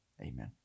amen